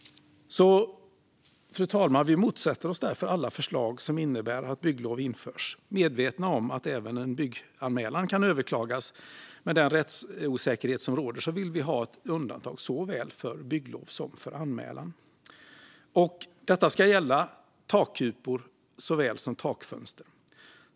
Vi motsätter oss därför alla förslag som innebär att bygglov införs. Medvetna om att även en bygganmälan kan överklagas med den rättsosäkerhet som råder vill vi ha ett undantag såväl för bygglov som för anmälan. Detta ska gälla takkupor såväl som takfönster.